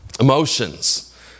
emotions